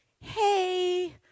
hey